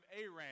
Aram